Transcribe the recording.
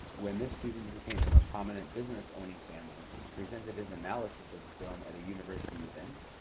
when this student, who came from a prominent business-owning family, presented his analysis of the film at a university event,